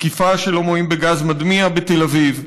תקיפה של הומואים בגז מדמיע בתל אביב,